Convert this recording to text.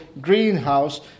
greenhouse